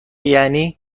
یعنی